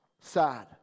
Sad